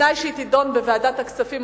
בתנאי שהיא תידון בוועדת הכספים,